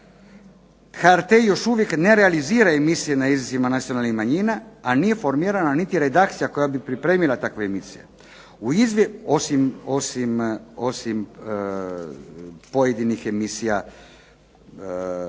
HRT još uvijek ne realizira emisije na jezicima nacionalnih manjina, a nije formirana niti redakcija koja bi pripremila takve emisije osim pojedinih emisija koje